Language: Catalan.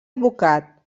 advocat